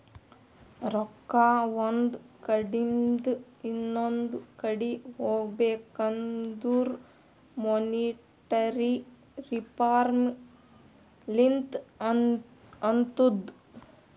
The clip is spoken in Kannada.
ರೊಕ್ಕಾ ಒಂದ್ ಕಡಿಂದ್ ಇನೊಂದು ಕಡಿ ಹೋಗ್ಬೇಕಂದುರ್ ಮೋನಿಟರಿ ರಿಫಾರ್ಮ್ ಲಿಂತೆ ಅತ್ತುದ್